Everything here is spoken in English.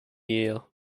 year